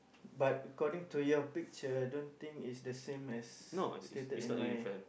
but according to your picture I don't think is the same as stated in mine